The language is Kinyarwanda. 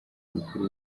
bakuru